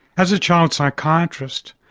as a child psychiatrist,